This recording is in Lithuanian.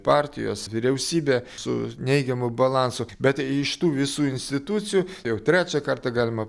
partijos vyriausybė su neigiamu balansu bet iš tų visų institucijų jau trečią kartą galima